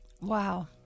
Wow